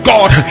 God